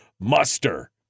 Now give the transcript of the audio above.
muster